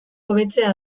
hobetzea